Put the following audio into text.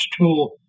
tool